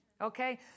Okay